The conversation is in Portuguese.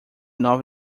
nova